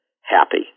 happy